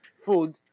food